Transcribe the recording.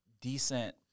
decent